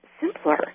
simpler